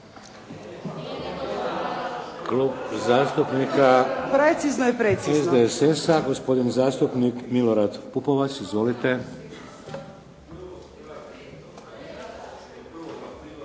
Klub zastupnika HSS-a, gospodin zastupnik Milorad Pupovac. Izvolite.